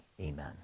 amen